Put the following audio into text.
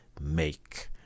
make